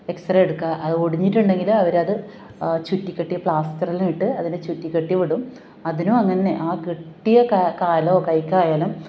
X ray എടുക്കുക അത് ഒടിഞ്ഞിട്ടുണ്ടെങ്കിൽ അവരത് ചുറ്റിക്കെട്ടി പ്ലാസ്റ്ററെല്ലാം ഇട്ട് അതിനെ ചുറ്റികെട്ടി വിടും അതിനു അങ്ങനെ തന്നെ ആ കെട്ടിയ കാലോ കൈക്കായാലും